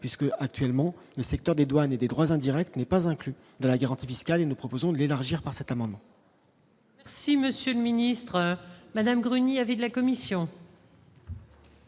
puisque actuellement le secteur des douanes et des droits indirects n'est pas inclus dans la garantie fiscale et nous proposons de l'élargir par cet amendement. Merci, Monsieur le Ministre Madame Grenier avec de la commission.